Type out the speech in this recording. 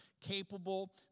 capable